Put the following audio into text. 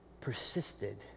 persisted